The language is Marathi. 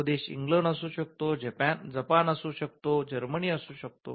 तो देश इंग्लंड असू शकतो जपान असू शकतो जर्मनी असू शकतो